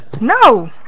No